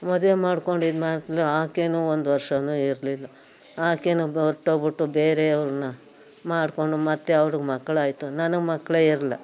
ಮದುವೆ ಮಾಡ್ಕೊಂಡಿದ್ದು ಮೊದಲೂ ಆಕೆಯೂ ಒಂದು ವರ್ಷವೂ ಇರಲಿಲ್ಲ ಆಕೆಯೂ ಬಿಟ್ಟೋಗ್ಬಿಟ್ಟು ಬೇರೆಯವ್ರನ್ನ ಮಾಡ್ಕೊಂಡು ಮತ್ತೆ ಅವ್ರಿಗೆ ಮಕ್ಕಳಾಯಿತು ನನಗೆ ಮಕ್ಕಳೇ ಇಲ್ಲ